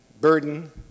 burden